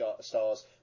stars